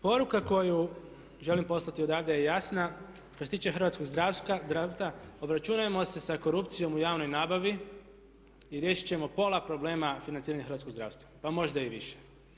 Poruka koju želim poslati odavde je jasna, što se tiče hrvatskog zdravstva, obračunajmo se sa korupcijom u javnoj nabavi i riješit ćemo pola problema financiranja hrvatskog zdravstva pa možda i više.